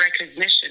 recognition